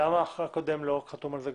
למה גם הקודם לא חתום על זה?